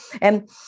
And-